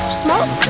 smoke